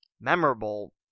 memorable